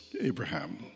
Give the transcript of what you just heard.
Abraham